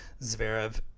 Zverev